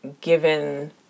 given